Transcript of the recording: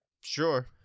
Sure